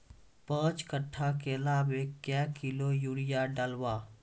पाँच कट्ठा केला मे क्या किलोग्राम यूरिया डलवा?